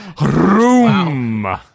Room